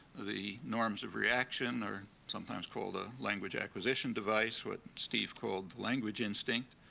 the norms of reaction, or sometimes called a language acquisition device, what steve called the language instinct,